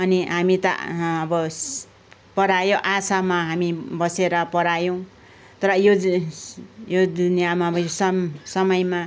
अनि हामी त आबो पढायो आशामा हामी बसेर पढायौँ तर यो दुनियाँमा सम् समयमा